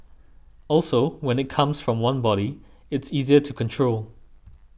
also when it comes from one body it's easier to control